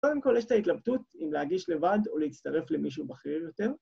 קודם כל, יש את ההתלבטות אם להגיש לבד או להצטרף למישהו בכיר יותר.